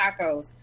tacos